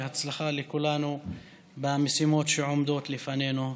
הצלחה לכולנו במשימות שעומדות לפנינו.